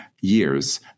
years